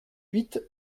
huit